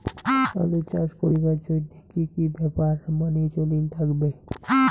আলু চাষ করিবার জইন্যে কি কি ব্যাপার মানি চলির লাগবে?